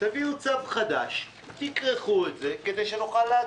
תביאו צו חדש, תכרכו את זה כדי שנוכל להצביע.